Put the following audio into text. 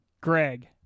Greg